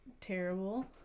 terrible